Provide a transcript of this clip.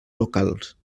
locals